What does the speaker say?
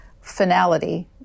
finality